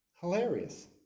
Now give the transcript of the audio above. hilarious